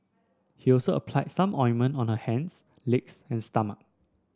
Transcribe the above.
he also applied some ointment on her hands legs and stomach